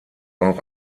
auch